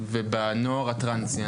ובנוער הטרנסי.